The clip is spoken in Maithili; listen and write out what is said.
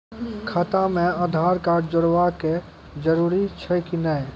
खाता म आधार कार्ड जोड़वा के जरूरी छै कि नैय?